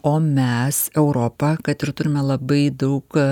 o mes europa kad ir turime labai daug